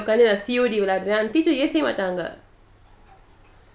teacher ஏசவேமாட்டாங்க:yesave matanga